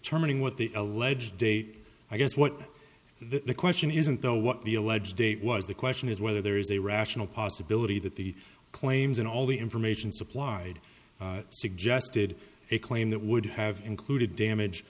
determining what the alleged date i guess what the question isn't though what the alleged date was the question is whether there is a rational possibility that the claims and all the information supplied suggested a claim that would have included damage